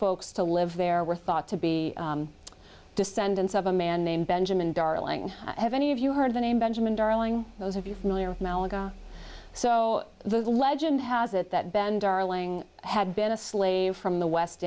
folks to live there were thought to be descendants of a man named benjamin darling have any of you heard the name benjamin darling those of you familiar with malaga so the legend has it that ben darling had been a slave from the west